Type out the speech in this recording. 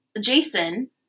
Jason